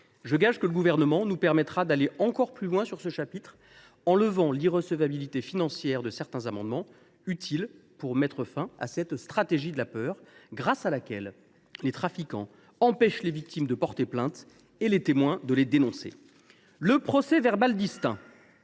Gageons que le Gouvernement nous aidera à aller encore plus loin sur ce chapitre en assurant la recevabilité financière de certains amendements utiles pour mettre fin à cette stratégie de la peur grâce à laquelle les trafiquants empêchent les victimes de porter plainte et les témoins de les dénoncer. Le procès verbal distinct